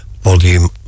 Volume